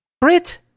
Brit